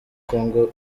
kongo